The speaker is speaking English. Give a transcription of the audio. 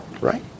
Right